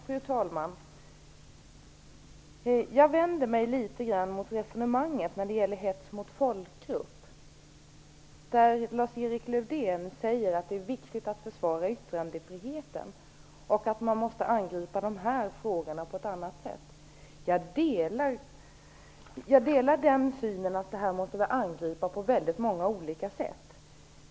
Fru talman! Jag vänder mig litet grand mot resonemanget när det gäller hets mot folkgrupp. Lars Erik Lövdén säger att det är viktigt att försvara yttrandefriheten och att man måste angripa de här frågorna på ett annat sätt. Jag delar uppfattningen att man måste angripa frågorna på väldigt många olika sätt.